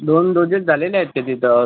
दोन डोजेस झालेल्या आहेत का तिथं